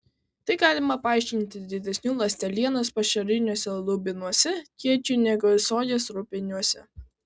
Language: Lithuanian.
tai galima paaiškinti didesniu ląstelienos pašariniuose lubinuose kiekiu negu sojos rupiniuose